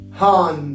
han